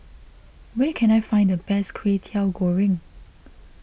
where can I find the best Kway Teow Goreng